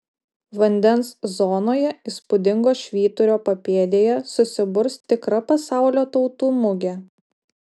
vandens zonoje įspūdingo švyturio papėdėje susiburs tikra pasaulio tautų mugė